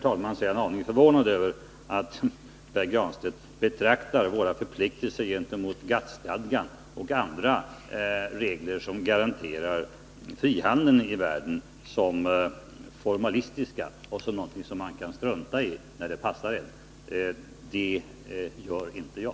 Jag är en aning förvånad över att Pär Granstedt betraktar våra förpliktelser mot GATT-stadgan och andra regler som garanterar frihandeln i världen som formalistiska och som någonting som man kan strunta i när det passar en. Det gör inte jag.